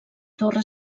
torre